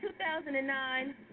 2009